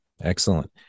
Excellent